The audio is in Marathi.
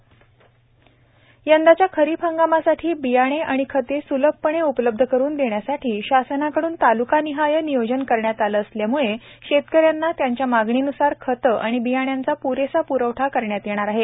दादाजी भ्से यंदाच्या खरिप हंगामासाठी बियाणे आणि खते सुलभपणे उपलब्ध करुन देण्यासाठी शासनाकडून तालुकानिहाय नियोजन करण्यात आले असल्यामुळे शेतकऱ्यांना त्यांच्या मागणीन्सार खते आणि बियाण्यांचा प्रेसा पूरवठा करण्यात येणार आहे